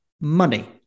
money